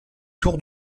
tour